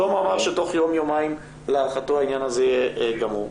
שלמה אמר שתוך יום-יומיים להערכתו העניין הזה יהיה גמור.